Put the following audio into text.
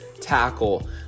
tackle